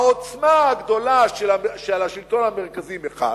העוצמה הגדולה של השלטון המרכזי מחד,